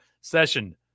session